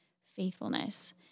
faithfulness